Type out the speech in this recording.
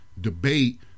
Debate